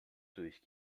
durch